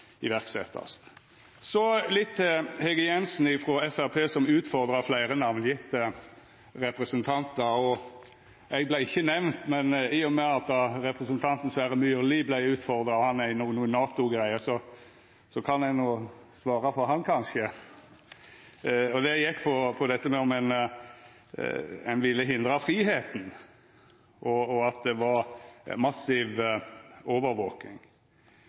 verk. Så litt til Hege Jensen frå Framstegspartiet, som utfordrar fleire namngjevne representantar. Eg vart ikkje nemnt, men i og med at representanten Sverre Myrli vart utfordra og han er i eit NATO-møte no, kan eg kanskje svara for han. Det gjekk på om ein ville hindra fridomen, og at det var massiv